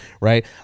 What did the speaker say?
right